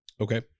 Okay